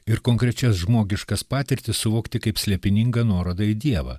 ir konkrečias žmogiškas patirtis suvokti kaip slėpiningą nuorodą į dievą